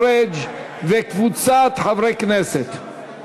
של חבר הכנסת עיסאווי פריג' וקבוצת חברי הכנסת,